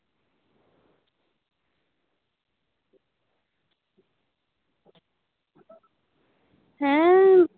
ᱦᱮᱸ